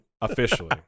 Officially